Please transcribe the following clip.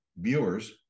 viewers